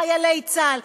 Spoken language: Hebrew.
חיילי צה"ל,